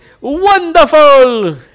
Wonderful